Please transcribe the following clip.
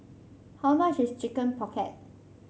how much is Chicken Pocket